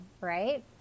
right